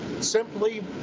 simply